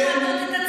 שהוא הולך לבית סוהר.